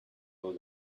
will